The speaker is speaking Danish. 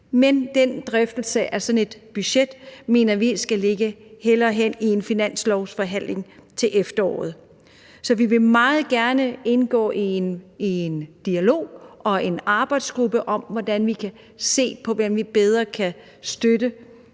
Men den drøftelse af et sådant budget, mener vi hellere skal ligge i en finanslovsforhandling til efteråret. Vi vil meget gerne indgå i en dialog og i en arbejdsgruppe, hvor vi kan se på, hvordan vi bedre kan støtte